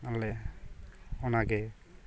ᱟᱞᱮ ᱚᱱᱟᱜᱮ